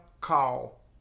call